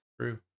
True